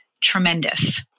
tremendous